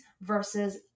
versus